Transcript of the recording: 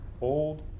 Old